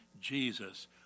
Jesus